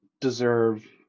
deserve